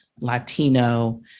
Latino